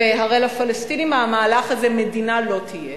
והרי לפלסטינים מהמהלך הזה מדינה לא תהיה,